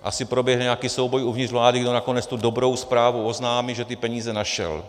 Asi proběhne nějaký souboj uvnitř vlády, kdo nakonec tu dobrou zprávu oznámí, že ty peníze našel.